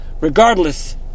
Regardless